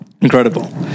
incredible